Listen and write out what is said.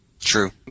True